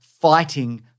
fighting